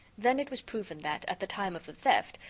then it was proven that, at the time of the theft,